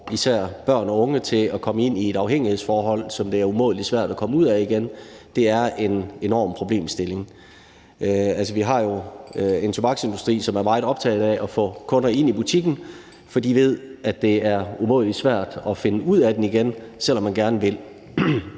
især børn og unge til at komme ind i et afhængighedsforhold, som det er umådelig svært at komme ud af igen, er en enorm problemstilling. Vi har jo en tobaksindustri, som er meget optaget af at få kunder ind i butikken, for de ved, at det er umådelig svært at finde ud af den igen, selv om man gerne vil.